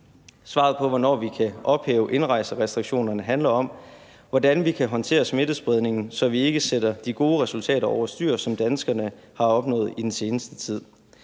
Svaret på, hvornår vi kan ophæve indrejserestriktionerne, handler om, hvordan vi kan håndtere smittespredningen, så vi ikke sætter de gode resultater, som danskerne har opnået i den seneste tid,